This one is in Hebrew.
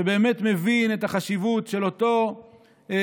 ובאמת מבין את החשיבות של אותו חופש